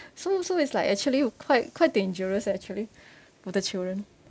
so so it's like actually quite quite dangerous actually for the children